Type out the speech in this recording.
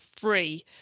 free